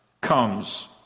comes